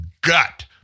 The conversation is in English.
gut